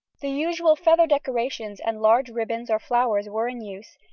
the usual feather decorations and large ribbons or flowers were in use,